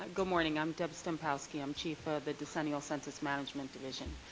good morning. i'm deb stimpowski, um chief of the decennial census management division.